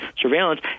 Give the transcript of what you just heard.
surveillance